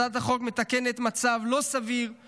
הצעת החוק מתקנת מצב לא סביר זה